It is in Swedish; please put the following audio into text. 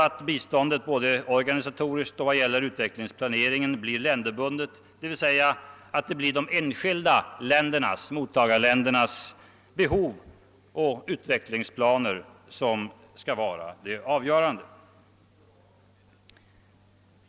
Att biståndet både organisatoriskt och vad gäller utvecklingsplaneringen blir länderbundet och att det är de enskilda ländernas behov och utvecklingsplaner som skall vara avgörande är också viktigt.